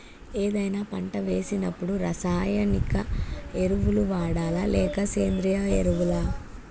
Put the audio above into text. ఏదైనా పంట వేసినప్పుడు రసాయనిక ఎరువులు వాడాలా? లేక సేంద్రీయ ఎరవులా?